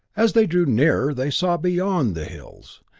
as they drew nearer they saw beyond the hills,